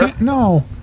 no